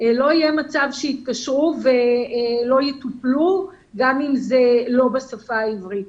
לא יהיה מצב שיתקשרו ולא יטופלו גם אם זה לא בשפה העברית.